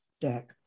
deck